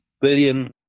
billion